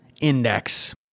Index